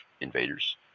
invaders